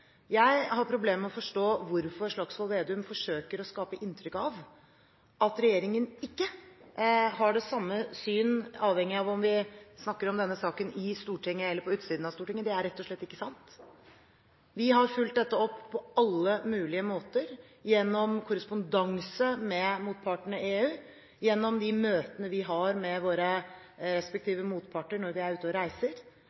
Jeg har problemer med å forstå hvorfor Slagsvold Vedum forsøker å skape inntrykk av at regjeringen ikke har det samme syn, avhengig av om vi snakker om denne saken i Stortinget eller på utsiden av Stortinget – det er rett og slett ikke sant. Vi har fulgt dette opp på alle mulige måter gjennom korrespondanse med motpartene i EU, gjennom de møtene vi har med våre